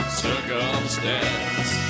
circumstance